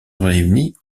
réunit